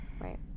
Right